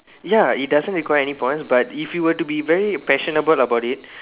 ya it doesn't require any points but if you were to be very passionable about it